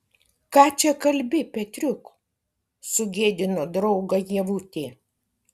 ką čia kalbi petriuk sugėdino draugą ievutė